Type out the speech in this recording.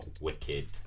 wicked